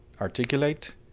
articulate